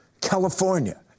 California